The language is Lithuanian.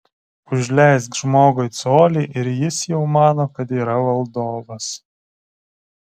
užleisk žmogui colį ir jis jau mano kad yra valdovas